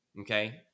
Okay